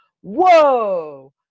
whoa